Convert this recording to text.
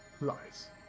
lies